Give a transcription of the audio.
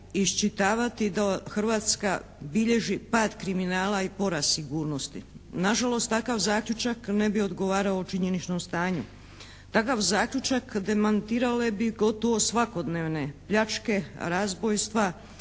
iščitavati da Hrvatska bilježi pad kriminala i porast sigurnosti. Nažalost takav zaključak ne bi odgovarao činjeničnom stanju. Takav zaključak demantirale bi gotovo svakodnevne pljačke, razbojstva,